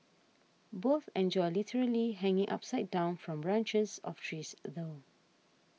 both enjoy literally hanging upside down from branches of trees though